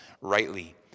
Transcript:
rightly